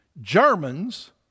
Germans